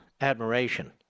admiration